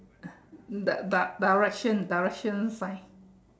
di~ di~ direction direction sign